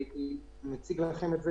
הייתי מציג לכם את זה